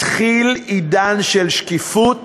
מתחיל עידן של שקיפות,